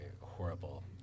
horrible